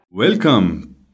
Welcome